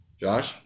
Josh